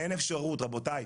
אין אפשרות רבותיי,